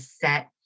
set